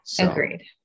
Agreed